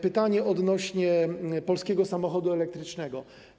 Pytanie odnośnie do polskiego samochodu elektrycznego.